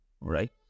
Right